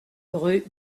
rue